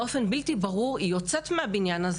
באופן בלתי ברור היא יוצאת מהבניין הזה